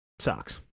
Sucks